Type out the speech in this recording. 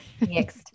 Next